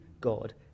God